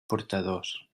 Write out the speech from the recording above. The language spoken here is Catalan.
portadors